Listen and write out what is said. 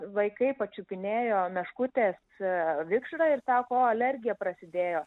vaikai pačiupinėjo meškutės vikšrą ir tapo alergija prasidėjo